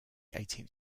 eighteenth